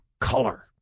color